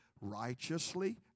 righteously